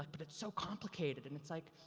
like but it's so complicated, and it's like,